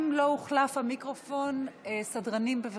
אם לא הוחלף המיקרופון, סדרנים, בבקשה.